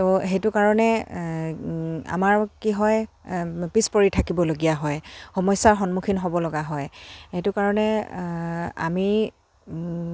ত' সেইটো কাৰণে আমাৰ কি হয় পিছপৰি থাকিবলগীয়া হয় সমস্যাৰ সন্মুখীন হ'ব লগা হয় সেইটো কাৰণে আমি